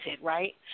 right